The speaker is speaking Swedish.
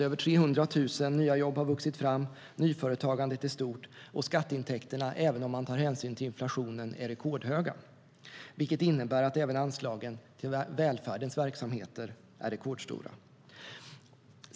Över 300 000 nya jobb har vuxit fram, nyföretagandet är stort och skatteintäkterna är rekordhöga, även om man tar hänsyn till inflationen, vilket innebär att även anslagen till välfärdens verksamheter är rekordstora.